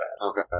Okay